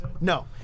No